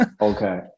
Okay